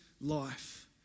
life